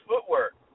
footwork